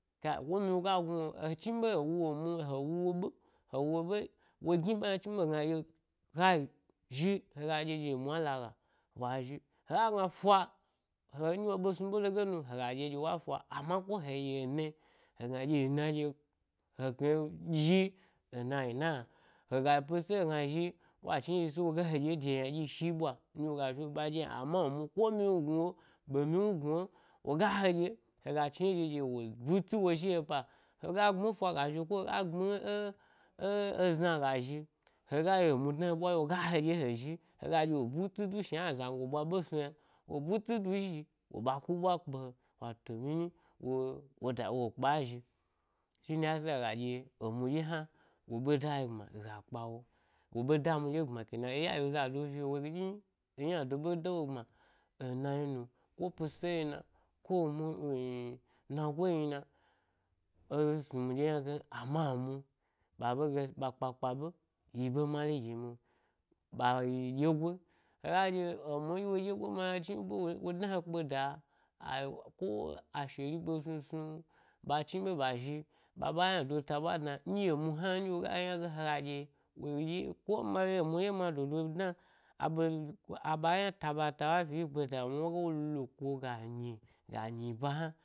Kai ko miwmi ga gnu wo he chni be he wu emi he wu wo ɓe, he wu wo ɓe, wo gni ɓa yna he chni ɓe hegna ɗye ɗye emu a laga wa zhi, hega gna fa, he nɗye wo be snu ɓe dege nu hega ɗye ɗye wa fa amma ko he yi ena-hegna ɗye ena ɗye, he kna wo zhi, ena ina, hega yi pise he gna zhi wa chni zhi zhim se woga he ɗye de ynadyi yi shi’ ɓwa nɗye woga zhi wo ɓa ɗyi yna, amma emu ko miwnu gnuwo, ɓe miwnu gnu won, woga heɗye, hega chni ye ɗye ɗye wo bu, tsi wo zhi he ba, hega gbmi efa ga zhi ko hega, gbmi ẻ ẻ ezna gazhi hega yi emu dna he ɓwari’o woga he ɗye he zhi, hega ɗye wo bu tsi du shna azango ɓwa’ ɓe snu yna, wo ɓu tsi du zhi, wo ba ku ɓwa kpe he, wato mini, wo woda wo ekpa a zhi, shine yasa emu dye hna wo be dayi gbma yi ga kpa wo, wo ɓe dami ɗye bma ken a, e ya yiwu zado shi’o woɗye-ynado ɓe da wo gbma ena yinu, ko pisse yin a, ko emu-e e, nago yi na. e snumi ɗye yna gen, amma emu, ɓaɓe gna mari gimi, ɓa-yi ɗyegoi. Hega ɗye, emu nɗye wo yi ɗyegoi ma wo chnibe wo dna he kpeda a, ko-a sheri-be snu snu-ba chnibe ɓa zhi, ɓa ɓa yna do ta ɓwa dna ndye emu hna woga yi ynge hega ɗye, wo ɗye ko ma yi emu ɗye ma dodo dna a ɓe ko, aɓa yna taba ta’ ɓwa fi e yi kpeda emu hna ga lo to ku’o ga nyi ga nyi ba hna.